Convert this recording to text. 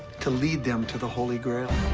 to lead them to the holy grail.